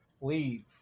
leave